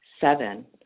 Seven